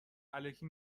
الکی